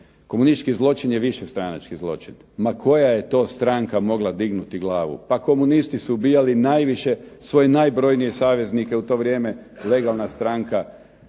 komunistički zločin je višestranački zločin. Ma koja je to stranka mogla dignuti glavu. Pa komunisti su ubijali najviše, svoje najbrojnije saveznike u to vrijeme, legalna stranka,